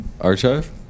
Archive